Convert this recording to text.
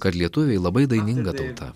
kad lietuviai labai daininga tauta